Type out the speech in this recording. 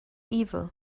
evil